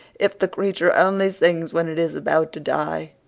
if the creature only sings when it is about to die,